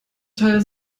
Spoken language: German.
teil